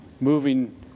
moving